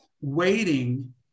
waiting